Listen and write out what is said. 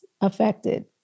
affected